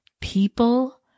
people